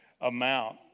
amount